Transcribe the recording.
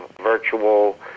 virtual